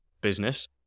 business